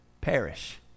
perish